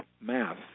Math